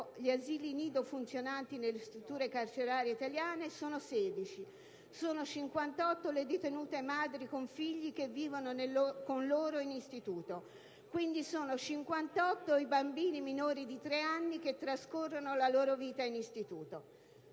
gli asili nido funzionanti nelle strutture carcerarie italiane sono 16. Sono 58 le detenute madri con figli che vivono con loro in istituto, quindi sono 58 i bambini minori di tre anni che trascorrono la loro vita in istituto.